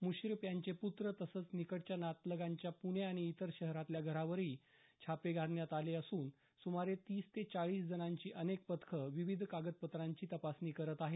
मुश्रीफ यांचे पुत्र तसंच निकटच्या नातलगांच्या पुणे आणि इतर शहरातल्या घरांवरही छत्तपे घालण्यात आले असून सुमारे तीस ते चाळीस जणांची अनेक पथकं विविध कागदपत्रांची तपासणी करत आहेत